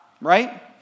right